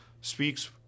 speaks